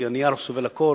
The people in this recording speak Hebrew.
כי הנייר סובל הכול,